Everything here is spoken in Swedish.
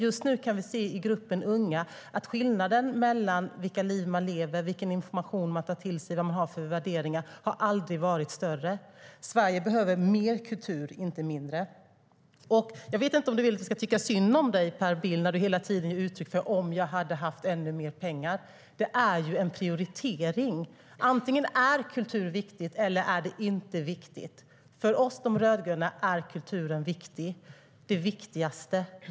Just nu kan vi i gruppen unga se att skillnaderna mellan vilket liv de lever, vilken information de tar till sig och vad de har för värderingar aldrig varit större. Sverige behöver mer kultur, inte mindre. Jag vet inte om du vill att vi ska tycka synd om dig, Per Bill, när du hela tiden använder uttryck som "om jag hade haft ännu mer pengar". Det är fråga om prioriteringar. Antingen är kultur viktigt eller så är det inte viktigt. För oss rödgröna är kulturen viktig, det viktigaste.